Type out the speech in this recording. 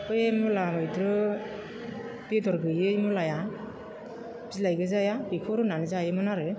बे मुला मैद्रु बेदर गैयै मुलाया बिलाइ गोजाया बेखौ रुनानै जायोमोन आरो